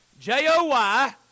J-O-Y